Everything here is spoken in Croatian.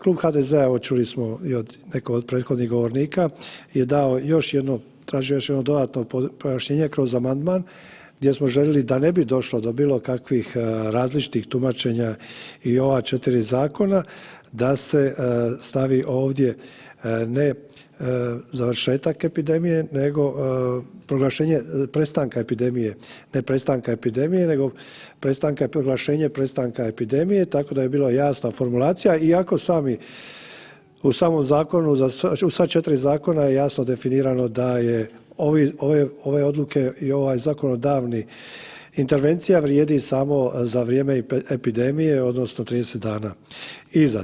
Klub HDZ-a evo, čuli smo od nekog od prethodnih govornika je dao još jednu, tražio je još jedno dodatno pojašnjenje kroz amandman gdje smo željeli, da ne bi došlo do bilo kakvih različitih tumačenja i ova 4 zakona, da se stavi ovdje ne završetak epidemije, nego proglašenje prestanka epidemije, ne prestanka epidemije nego prestanka proglašenje prestanka epidemije, tako da je bilo jasno formulacija iako sami u samom zakonu za sva 4 zakona je jasno definirano da je ove odluke i ovaj zakonodavni, intervencija vrijedi samo za vrijeme epidemije, odnosno 30 dana iza.